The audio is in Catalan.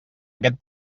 aquest